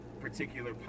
particular